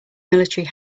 military